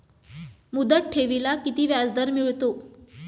मुदत ठेवीला किती व्याजदर मिळतो?